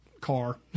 car